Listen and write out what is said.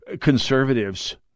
conservatives